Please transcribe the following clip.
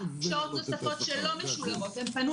ושעות נוספות לא משולמות להן אז הן פנו